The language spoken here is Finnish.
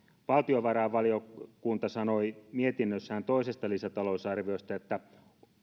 valtiovarainvaliokunta sanoi mietinnössään toisesta lisätalousarviosta että